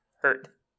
Hurt